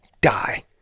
Die